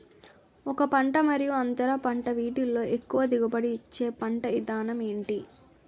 ఒక పంట మరియు అంతర పంట వీటిలో ఎక్కువ దిగుబడి ఇచ్చే పంట విధానం ఏంటి?